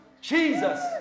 Jesus